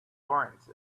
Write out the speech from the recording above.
laurence